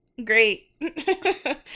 Great